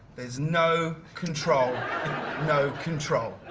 there's no control no control.